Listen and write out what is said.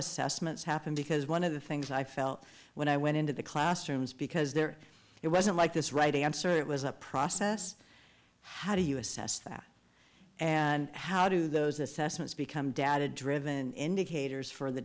assessments happen because one of the things i felt when i went into the classrooms because there it wasn't like this right answer it was a process how do you assess that and how do those assessments become data driven indicators for the